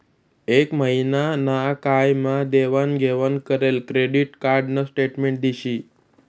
एक महिना ना काय मा देवाण घेवाण करेल क्रेडिट कार्ड न स्टेटमेंट दिशी